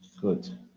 good